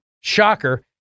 Shocker